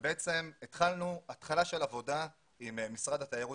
בעצם התחלנו התחלה של עבודה עם משרד התיירות,